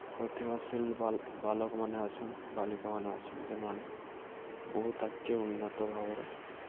ପ୍ରତିଭାଶୀଲ୍ ବାଲକ୍ମାନେ ଅଛନ୍ ବାଲିକାମାନେ ଅଛନ୍ ଯେନ୍ମାନେ ବହୁତ୍ ଆଗ୍କେ ଉନ୍ନତ ଭାବରେ